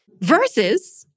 Versus